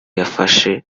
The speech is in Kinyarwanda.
yafashe